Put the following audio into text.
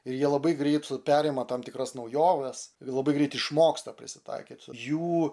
ir jie labai greit perima tam tikras naujoves labai greit išmoksta prisitaikyt jų